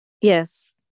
Yes